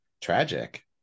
tragic